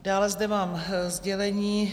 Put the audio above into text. Dále zde mám sdělení.